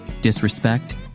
disrespect